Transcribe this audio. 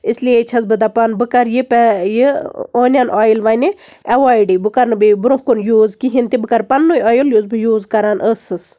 اس لیے چھَس بہٕ دپان بہٕ کر یہِ پے یہِ اونیَن اویِل وۄنۍ ایٚوایڈٕے بہٕ کَرنہٕ بیٚیہِ برۄنٛہہ کُن یوٗز کِہیٖنۍ تہِ بہٕ کَرٕ پَننُے اویِل یُس بہٕ یوٗز کران ٲسٕس